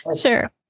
Sure